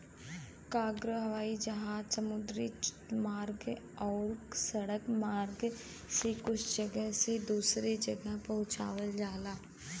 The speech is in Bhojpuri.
कार्गो हवाई मार्ग समुद्री मार्ग आउर सड़क मार्ग से एक जगह से दूसरे जगह पहुंचावल जाला